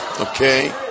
Okay